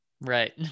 right